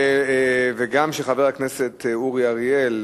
וגם ההצעה של חבר הכנסת אורי אריאל,